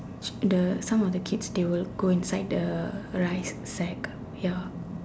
the some of the kids they will go inside the rice sack ya